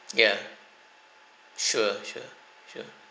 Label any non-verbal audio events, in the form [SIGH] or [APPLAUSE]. [NOISE] ya sure sure sure